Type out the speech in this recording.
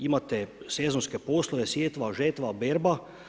Imate sezonske poslove, sjetva, žetva, berba.